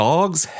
Dogs